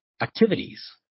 activities